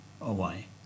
away